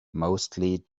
mostly